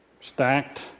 stacked